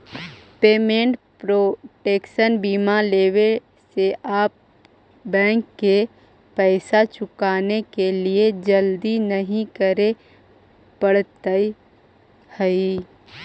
payment protection बीमा लेवे से आप बैंक के पैसा चुकाने के लिए जल्दी नहीं करे पड़त हई